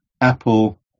Apple